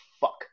fuck